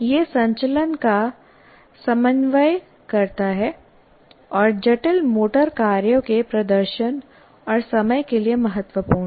यह संचलन का समन्वय करता है और जटिल मोटर कार्यों के प्रदर्शन और समय के लिए महत्वपूर्ण है